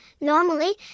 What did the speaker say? Normally